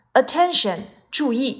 attention,注意